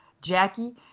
Jackie